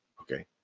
okay